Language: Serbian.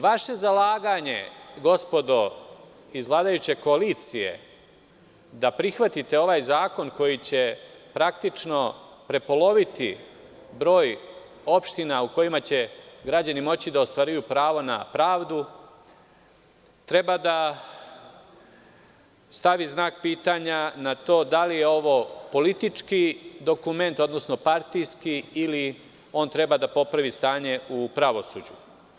Vaše zalaganje gospodo iz vladajuće koalicije da prihvatite ovaj zakon koji će praktično prepoloviti broj opština u kojima će građani moći da ostvaruju pravo na pravdu, treba da stavi znak pitanja na to da li je ovo politički dokument, odnosno partijski, ili on treba da popravi stanje u pravosuđu?